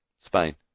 Spain